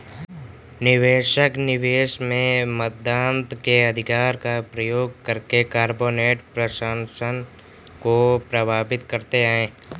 निवेशक, निवेश में मतदान के अधिकार का प्रयोग करके कॉर्पोरेट प्रशासन को प्रभावित करते है